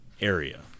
area